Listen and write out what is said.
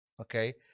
okay